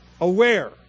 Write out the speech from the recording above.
Aware